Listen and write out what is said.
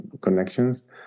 connections